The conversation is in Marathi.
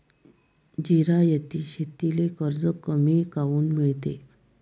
जिरायती शेतीले कर्ज कमी काऊन मिळते?